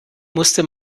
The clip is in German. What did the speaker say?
musste